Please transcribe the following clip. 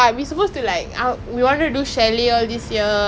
everyone was saying lah how twenty twenty was going to be the greatest year